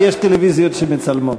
כי יש טלוויזיות שמצלמות.